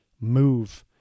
Move